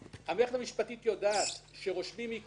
המערכת המשפטית יודעת שרושמים עיקולים,